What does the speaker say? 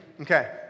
Okay